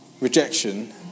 rejection